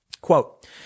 Quote